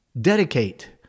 dedicate